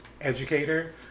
educator